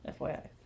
FYI